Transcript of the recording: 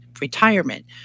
retirement